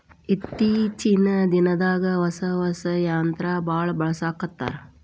ಇತ್ತೇಚಿನ ದಿನದಾಗ ಹೊಸಾ ಹೊಸಾ ಯಂತ್ರಾ ಬಾಳ ಬಳಸಾಕತ್ತಾರ